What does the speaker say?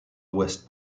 west